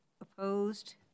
Opposed